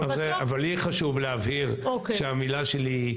אבל לי חשוב להבהיר שהמילה שלי היא